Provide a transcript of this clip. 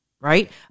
right